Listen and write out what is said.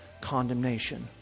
condemnation